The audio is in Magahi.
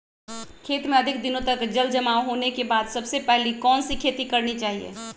खेत में अधिक दिनों तक जल जमाओ होने के बाद सबसे पहली कौन सी खेती करनी चाहिए?